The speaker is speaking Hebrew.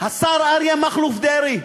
השר אריה מכלוף דרעי,